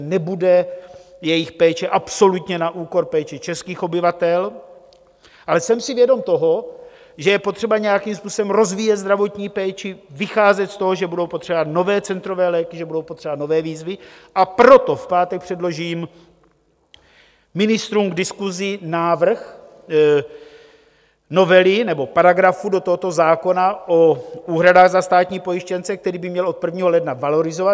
Nebude jejich péče absolutně na úkor péče českých obyvatel, ale jsem si vědom toho, že je potřeba nějakým způsobem rozvíjet zdravotní péči, vycházet z toho, že budou potřeba nové centrové léky, že budou potřeba nové výzvy, a proto v pátek předložím ministrům k diskusi návrh novely nebo paragrafu do tohoto zákona o úhradách za státní pojištěnce, který by měl od 1. ledna valorizovat.